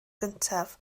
gyntaf